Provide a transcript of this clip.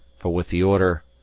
for with the order,